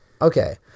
Okay